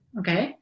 okay